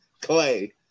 Clay